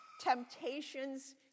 temptations